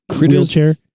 wheelchair